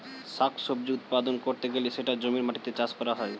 শাক সবজি উৎপাদন করতে গেলে সেটা জমির মাটিতে চাষ করা হয়